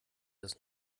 das